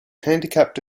handicapped